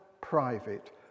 private